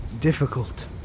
difficult